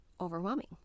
overwhelming